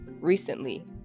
recently